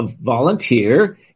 volunteer